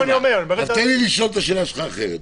אז תן לי לשאול את השאלה שלך אחרת.